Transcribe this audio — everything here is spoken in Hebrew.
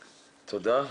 תודה.